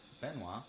Benoit